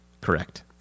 Correct